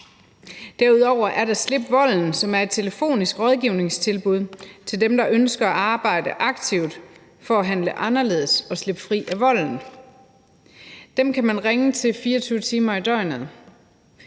Derudover er der Slip Volden, som er et telefonisk rådgivningstilbud til dem, der ønsker at arbejde aktivt for at handle anderledes og slippe fri af volden. Dem kan man ringe til 24 timer i døgnet.